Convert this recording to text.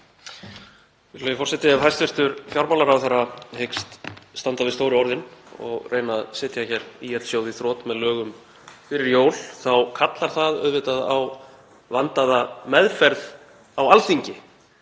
Virðulegi forseti. Ef hæstv. fjármálaráðherra hyggst standa við stóru orðin og reyna að setja hér ÍL-sjóð í þrot með lögum fyrir jól þá kallar það auðvitað á vandaða meðferð á Alþingi.